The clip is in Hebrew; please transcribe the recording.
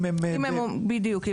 אם הם --- בדיוק.